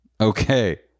okay